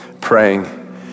praying